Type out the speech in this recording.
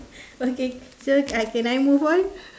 okay so I can I move on